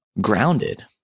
grounded